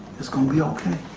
it's gonna be okay.